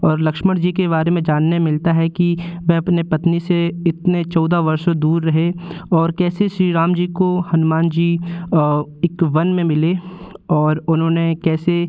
और लक्ष्मण जी के बारे में जानने मिलता है कि वह अपनी पत्नी से इतने चौदह वर्षों दूर रहे और कैसे श्री राम जी को हनुमान जी एक वन में मिले और उन्होंने कैसे